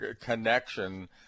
connection